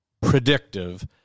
predictive